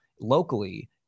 Locally